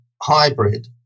hybrid